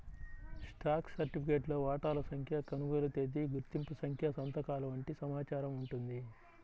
stock సర్టిఫికేట్లో వాటాల సంఖ్య, కొనుగోలు తేదీ, గుర్తింపు సంఖ్య సంతకాలు వంటి సమాచారం ఉంటుంది